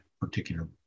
particular